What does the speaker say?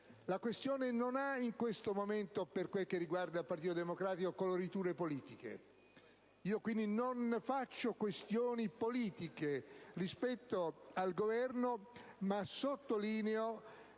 La questione non ha in questo momento, per quel che riguarda il Partito Democratico, coloriture politiche. Quindi non faccio questioni politiche rispetto al Governo, ma sottolineo